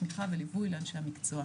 תמיכה וליווי לאנשי המקצוע.